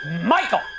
Michael